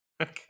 okay